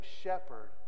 shepherd